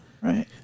right